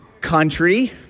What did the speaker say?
Country